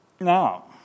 Now